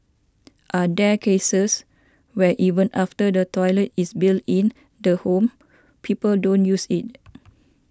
are there cases where even after the toilet is built in the home people don't use it